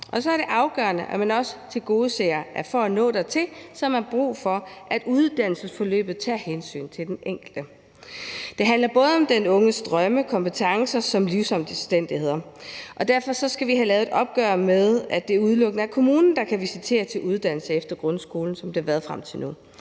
Og så er det afgørende, at det også tilgodeses, at for at nå dertil er der brug for, at uddannelsesforløbet tager hensyn til den enkelte. Det handler både om den unges drømme, kompetencer og livsomstændigheder. Derfor skal vi have taget et opgør med, at det udelukkende er kommunen, der kan visitere til uddannelse efter grundskolen, sådan som det har været frem til nu.